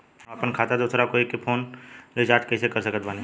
हम अपना खाता से दोसरा कोई के फोन रीचार्ज कइसे कर सकत बानी?